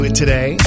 today